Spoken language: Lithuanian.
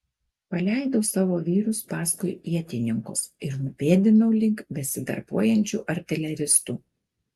paleidau savo vyrus paskui ietininkus ir nupėdinau link besidarbuojančių artileristų